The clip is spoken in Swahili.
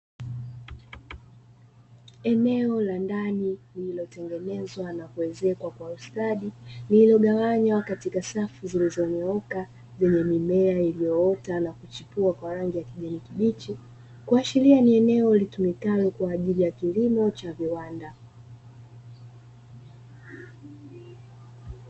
Eneo la ndani lililotengenezwa na kuezekwa kwa ustadi, lililogawanywa katika safu zilizonyooka, lenye mimea iliyoota na kuchipua kwa rangi ya kijani kibichi, kuashiria ni eneo litumikalo kwaajili ya kilimo cha viwanda.